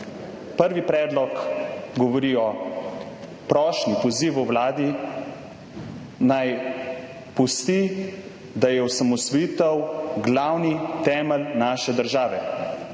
Prvi predlog govori o prošnji, pozivu Vladi, naj pusti, da je osamosvojitev glavni temelj naše države,